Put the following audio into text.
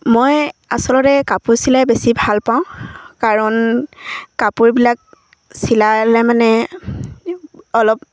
মই আচলতে কাপোৰ চিলাই বেছি ভাল পাওঁ কাৰণ কাপোৰবিলাক চিলালে মানে অলপ